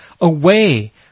away